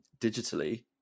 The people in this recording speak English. digitally